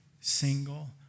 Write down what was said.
single